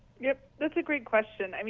yeah is a great question. i mean